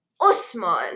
Osman